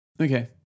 Okay